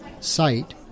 site